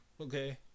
okay